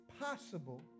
possible